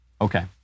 Okay